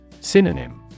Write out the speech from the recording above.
Synonym